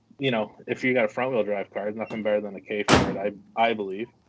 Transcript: you know, if you've got a front wheel drive car, nothing better than the k for it, i i believe.